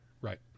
Right